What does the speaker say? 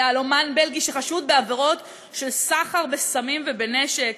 יהלומן בלגי שחשוד בעבירות של סחר בסמים ובנשק,